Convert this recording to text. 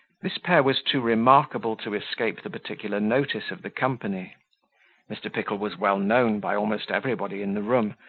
this pair was too remarkable to escape the particular notice of the company mr. pickle was well known by almost everybody in the room,